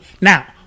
now